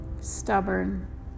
stubborn